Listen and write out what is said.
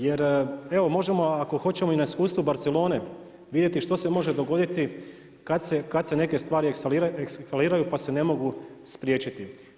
Jer, evo možemo ako hoćemo i na iskustvu Barcelone vidjeti što se može dogoditi kad se neke stvari eskaliraju pa se ne mogu spriječiti.